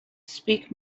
speak